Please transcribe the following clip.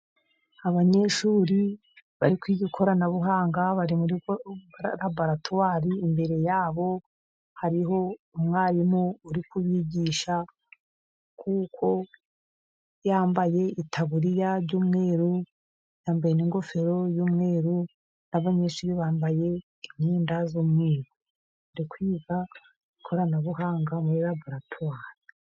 Abanyeshuri bari kwiga ikoranabuhanga bari muri raboratwari, imbere yabo hariho umwarimu uri kubigisha, kuko yambaye itaburiya y'umweru, yambaye n'ingofero y'umweru, n'abanyeshuri bambaye imyenda y'umweru, bari kwiga ikoranabuhanga muri raboratwari.